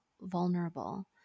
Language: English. vulnerable